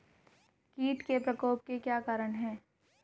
कीट के प्रकोप के क्या कारण हैं?